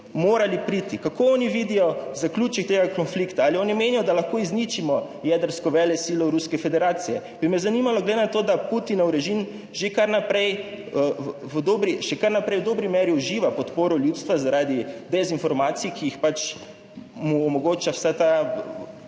morali priti. Kako oni vidijo zaključek tega konflikta? Ali oni menijo, da lahko izničimo jedrsko velesilo Ruske federacije? Bi me zanimalo, glede na to, da Putinov režim še kar naprej v dobri meri uživa podporo ljudstva zaradi dezinformacij, ki jih pač mu omogoča vsa ta